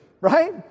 Right